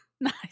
Nice